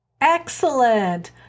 Excellent